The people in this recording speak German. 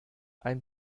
ein